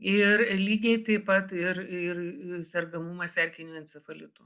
ir lygiai taip pat ir ir sergamumas erkiniu encefalitu